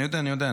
אני יודע.